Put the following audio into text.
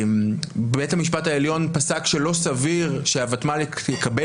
בית המשפט העליון פסק שלא סביר שהוותמ"ל יקבל